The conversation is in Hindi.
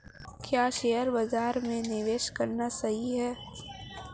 क्या शेयर बाज़ार में निवेश करना सही है?